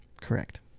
Correct